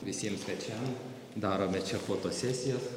visiem svečiam darome čia fotosesijas